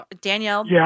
Danielle